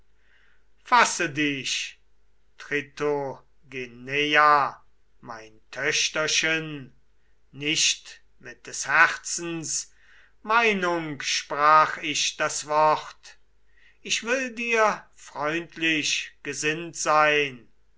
fasse dich tritogeneia mein töchterchen nicht mit des herzens meinung sprach ich das wort ich will dir freundlich gesinnt sein